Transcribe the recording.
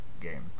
game